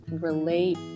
relate